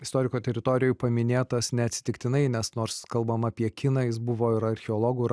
istoriko teritorijoje paminėtas neatsitiktinai nes nors kalbama apie kiną jis buvo ir archeologų ir